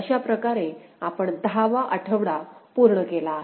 अशाप्रकारे आपण दहावा आठवडा पूर्ण केला आहे